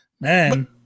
man